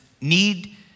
need